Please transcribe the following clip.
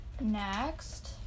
Next